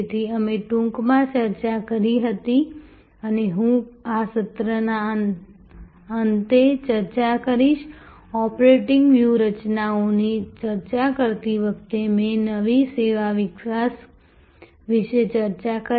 તેથી અમે ટૂંકમાં ચર્ચા કરી હતી અને હું આ સત્રના અંતે ચર્ચા કરીશ ઓપરેટિંગ વ્યૂહરચનાઓની ચર્ચા કરતી વખતે મેં નવી સેવા વિકાસ વિશે ચર્ચા કરી